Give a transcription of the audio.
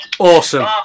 Awesome